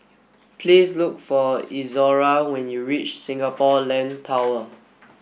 please look for Izora when you reach Singapore Land Tower